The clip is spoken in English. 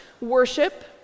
worship